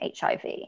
HIV